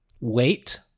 wait